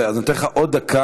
אז אני נותן לך עוד דקה,